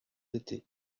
été